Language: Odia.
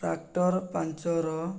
ଟ୍ରାକ୍ଟର ପାଞ୍ଚର